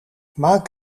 maak